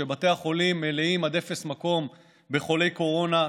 כשבתי החולים מלאים עד אפס מקום בחולי קורונה,